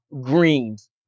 Greens